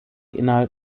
innerhalb